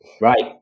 Right